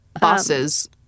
bosses